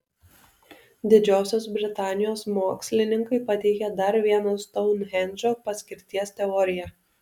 didžiosios britanijos mokslininkai pateikė dar vieną stounhendžo paskirties teoriją